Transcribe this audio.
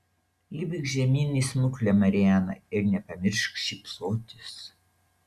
lipk žemyn į smuklę mariana ir nepamiršk šypsotis